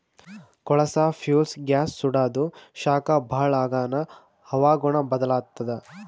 ಕೊಳಸಾ fuels gas ಸುಡಾದು ಶಾಖ ಭಾಳ್ ಆಗಾನ ಹವಾಗುಣ ಬದಲಾತ್ತದ